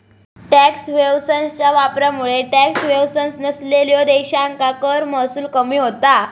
tax हेव्हन्सच्या वापरामुळे tax havens नसलेल्यो देशांका कर महसूल कमी होता